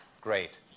great